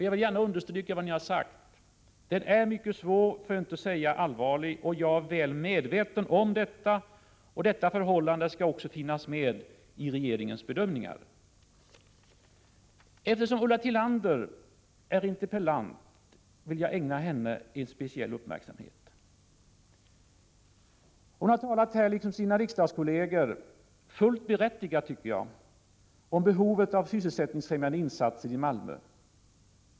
Jag vill gärna understryka vad ni har sagt. Den är mycket svår, för att inte säga allvarlig, och jag är väl medveten härom. Detta förhållande skall också finnas med i regeringens bedömningar. Eftersom Ulla Tillander är interpellant vill jag ägna henne speciell uppmärksamhet. Hon har, liksom sina riksdagskolleger — fullt berättigat, tycker jag — talat om behovet av sysselsättningsfrämjande insatser i Malmö.